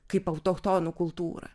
kaip autochtonų kultūra